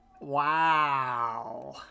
Wow